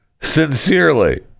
Sincerely